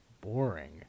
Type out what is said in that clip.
boring